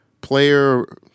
player